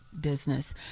business